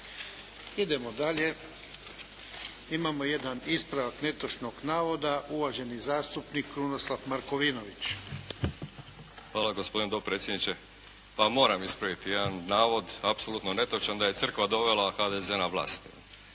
Idemo dalje. Imamo jedan ispravak netočnog navoda uvaženi zastupnik Krunoslav Markovinović. **Markovinović, Krunoslav (HDZ)** Hvala gospodine dopredsjedniče. Pa moram ispraviti jedan navod apsolutno netočan da je crkva dovela HDZ na vlast.